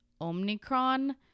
Omicron